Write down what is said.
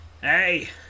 Hey